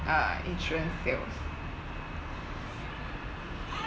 uh insurance sales